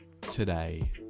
today